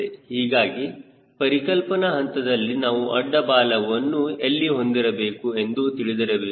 ಹೀಗಾಗಿ ಪರಿಕಲ್ಪನಾ ಹಂತದಲ್ಲಿ ನಾನು ಅಡ್ಡ ಬಾಲವನ್ನು ಎಲ್ಲಿ ಹೊಂದಿರಬೇಕು ಎಂದು ತಿಳಿದಿರಬೇಕು